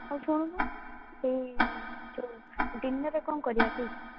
ହଉ ଶୁଣୁନୁ ସେଇ ଯେଉଁ ଡିନର୍ରେ କ'ଣ କରିବା କି